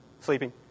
sleeping